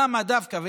למה דווקא?